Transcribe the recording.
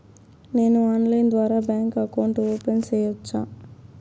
నేను ఆన్లైన్ ద్వారా bank account open సేయొచ్చా?